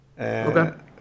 Okay